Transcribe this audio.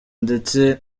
ndetse